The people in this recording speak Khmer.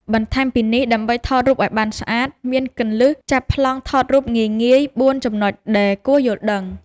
បន្ថែមពីនេះ ដើម្បីថតរូបឱ្យបានស្អាត មានគន្លឹះចាប់ប្លង់ថតរូបងាយៗ ៤ចំណុចដែលគួរយល់ដឹង។